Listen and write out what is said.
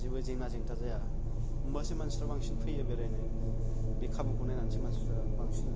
जेबो जेंना जेंथा जाया होमबासो मानसिफोरा बांसिन फैयो बेरायनो बे खाबुखौ नायनानैसो मानसिफोरा बांसिन